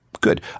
Good